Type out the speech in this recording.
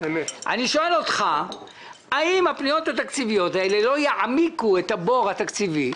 אני שואל אותך האם הפניות התקציביות האלה לא יעמיקו את הבור התקציבי,